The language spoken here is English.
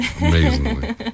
Amazingly